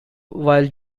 while